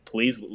please